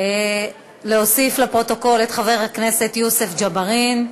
להוסיף לפרוטוקול את חבר הכנסת יוסף ג'בארין.